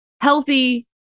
healthy